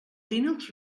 linux